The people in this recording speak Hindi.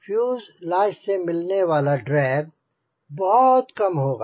फ्यूजलाज़ से मिलने वाला ड्रैग बहुत कम होगा